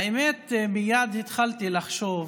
האמת, מייד התחלתי לחשוב,